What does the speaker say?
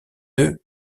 deux